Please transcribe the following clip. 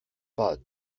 pas